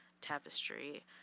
tapestry